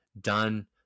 done